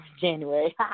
January